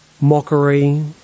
mockery